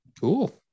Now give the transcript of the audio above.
Cool